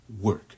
work